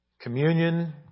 communion